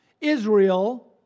Israel